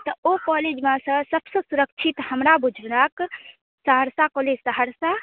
तऽ ओ कॉलेजमेसँ सबसँ सुरक्षित हमरा बुझलक सहरसा कॉलेज सहरसा